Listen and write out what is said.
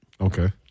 Okay